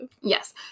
Yes